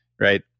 Right